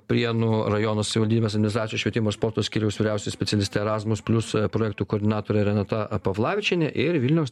prienų rajono savivaldybės administracijos švietimo sporto skyriaus vyriausioji specialistė erasmus plius projektų koordinatorė renata pavlavičienė ir vilniaus